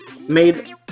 made